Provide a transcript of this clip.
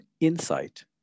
insight